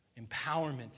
empowerment